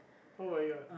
oh-my-god